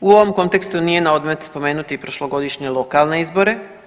U ovom kontekstu nije naodmet spomenuti i prošlogodišnje lokalne izbore.